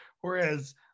whereas